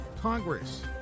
Congress